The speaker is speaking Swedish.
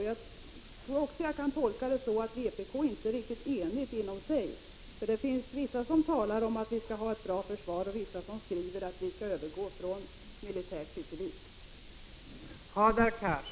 Jag tycker att det verkar som om man inte är riktigt enig inom vpk. Det finns vissa som talar om att vi skall ha ett bra försvar och vissa som skriver att vi skall övergå från militärt till civilt.